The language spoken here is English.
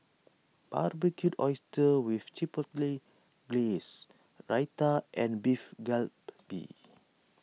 Barbecued Oysters with Chipotle Glaze Raita and Beef Galbi